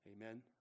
Amen